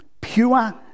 pure